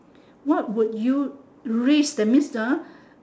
what would you risk that means